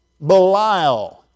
Belial